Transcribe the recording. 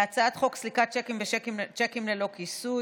להצעת חוק סליקת שיקים ושיקים ללא כיסוי